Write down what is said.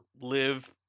live